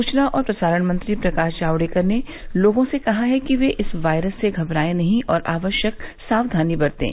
सूचना और प्रसारण मंत्री प्रकाश जावड़ेकर ने लोगों से कहा है कि वे इस वायरस से घबराए नहीं और आवश्यक साक्वानी बरतें